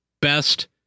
best